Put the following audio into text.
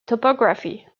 topography